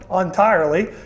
entirely